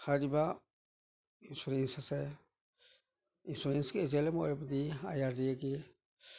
ꯍꯥꯏꯔꯤꯕ ꯏꯟꯁꯨꯔꯦꯟꯁ ꯑꯁꯦ ꯏꯅꯁꯨꯔꯦꯟꯁꯀꯤ ꯑꯦꯖꯦꯟ ꯑꯃ ꯑꯣꯏꯔꯕꯗꯤ ꯑꯥꯏ ꯑꯥꯔ ꯗꯤ ꯑꯦꯒꯤ